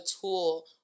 tool